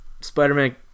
Spider-Man